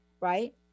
right